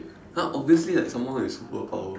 !huh! obviously like someone with superpower